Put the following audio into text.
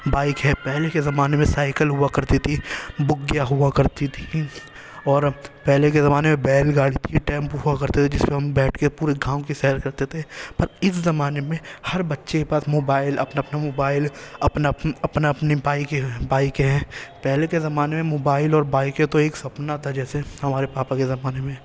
bike ہے پہلے کے زمانے میں سائیکل ہوا کرتی تھی بگھیاں ہوا کرتی تھیں اور اب پہلے کے زمانے میں بیل گاڑی تھی ٹیمپو ہوا کرتے تھے جس پہ ہم بیٹھ کے پورے گاؤں کی سیر کرتے تھے پر اس زمانے میں ہر بچے کے پاس موبائل اپنا اپنا موبائل اپنا اپنا اپنا اپنی بائک بائکیں ہیں پہلے کے زمانے میں موبائل اور بائکیں تو ایک سپنا تھا جیسے ہمارے پاپا کے زمانے میں